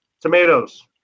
tomatoes